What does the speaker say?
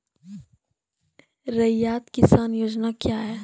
रैयत किसान योजना क्या हैं?